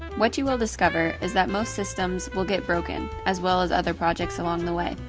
what you will discover is that most systems will get broken as well as other projects along the way.